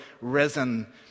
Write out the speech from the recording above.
risen